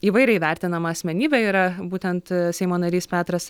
įvairiai vertinama asmenybė yra būtent seimo narys petras